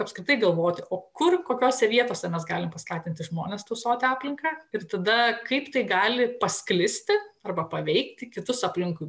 apskritai galvoti o kur kokiose vietose mes galime paskatinti žmones tausoti aplinką ir tada kaip tai gali pasklisti arba paveikti kitus aplinkui